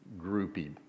groupy